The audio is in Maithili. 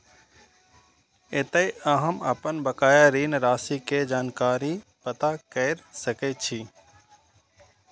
एतय अहां अपन बकाया ऋण राशि के जानकारी पता कैर सकै छी